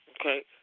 Okay